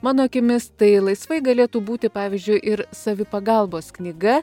mano akimis tai laisvai galėtų būti pavyzdžiui ir savipagalbos knyga